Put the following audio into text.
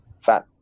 fat